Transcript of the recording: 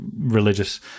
religious